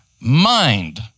mind